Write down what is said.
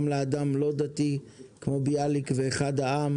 גם לאדם לא דתי כמו ביאליק ואחד העם